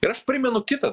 ir aš primenu kitą